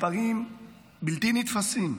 מספרים בלתי נתפסים,